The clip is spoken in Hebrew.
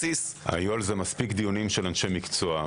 היו על זה מספיק דיונים של אנשי מקצוע.